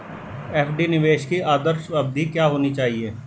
FD निवेश की आदर्श अवधि क्या होनी चाहिए?